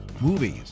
movies